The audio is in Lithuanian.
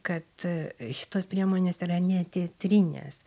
kad šitos priemonės yra neteatrinės